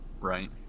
right